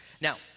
Now